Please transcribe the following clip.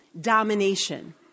domination